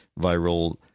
viral